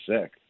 sick